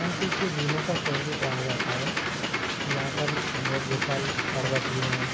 M P को झीलों का शहर भी कहा जाता है यहाँ पर बहुत विशाल पर्वत भी हैं